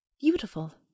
Beautiful